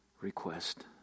request